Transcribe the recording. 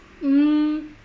mm